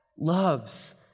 Loves